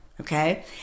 okay